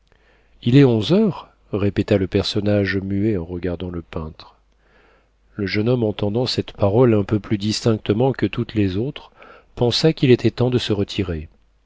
il est onze heures répéta le personnage muet en regardant le peintre le jeune homme entendant cette parole un peu plus distinctement que toutes les autres pensa qu'il était temps de se retirer